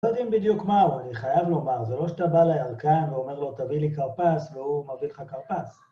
אתם יודעים בדיוק מה הוא, אני חייב לומר, זה לא שאתה בא לירקן ואומר לו תביא לי כרפס והוא מביא לך כרפס.